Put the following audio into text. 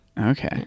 Okay